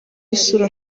isura